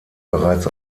bereits